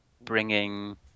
bringing